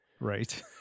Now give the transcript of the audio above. Right